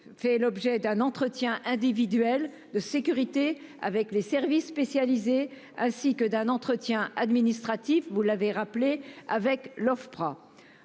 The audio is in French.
fait l'objet d'un entretien individuel de sécurité avec les services spécialisés ainsi que d'un entretien administratif, comme vous l'avez rappelé, avec l'Ofpra.